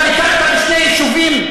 אתה ביקרת בשני יישובים,